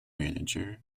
manager